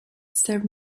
serve